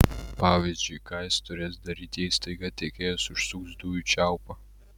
pavyzdžiui ką jis turės daryti jei staiga tiekėjas užsuks dujų čiaupą